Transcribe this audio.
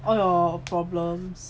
all your problems